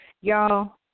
y'all